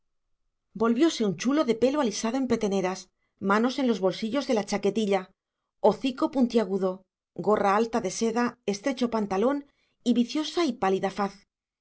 volviose un chulo de pelo alisado en peteneras manos en los bolsillos de la chaquetilla hocico puntiagudo gorra alta de seda estrecho pantalón y viciosa y pálida faz